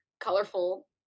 colorful